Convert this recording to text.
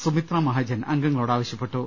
സുമിത്രാ മഹാജൻ അംഗങ്ങളോട് ആവശ്യപ്പെട്ടു